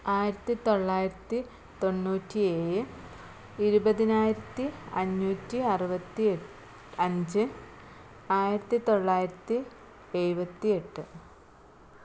ആയിരത്തി തൊള്ളായിരത്തി തൊണ്ണൂറ്റി ഏഴ് എഴുപതിനായിരത്തി അഞ്ഞൂറ്റി അറുപത്തി അഞ്ച് ആയിരത്തി തൊള്ളായിരത്തി എഴുപത്തി എട്ട്